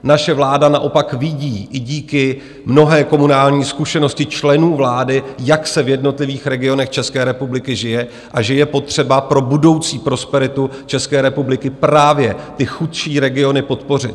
Naše vláda naopak vidí, i díky mnohé komunální zkušenosti členů vlády, jak se v jednotlivých regionech České republiky žije a že je potřeba pro budoucí prosperitu České republiky právě ty chudší regiony podpořit.